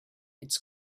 its